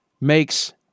makes